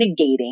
negating